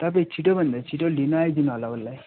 तपाईँ छिटोभन्दा छिटो लिनु आइदिनु होला उसलाई